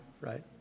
right